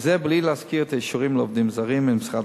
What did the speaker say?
וזה בלי להזכיר את האישורים לעובדים זרים ממשרד